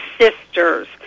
Sisters